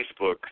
Facebook